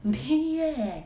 很便宜 eh